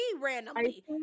randomly